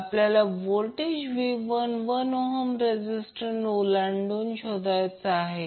आपल्याला voltage V2 1 ohm resistance ओलांडून शोधायचा आहे